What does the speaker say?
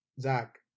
Zach